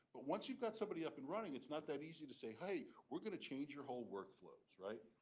but once you've got somebody up and running, it's not that easy to say hey we're going to change your whole workflows, right?